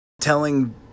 telling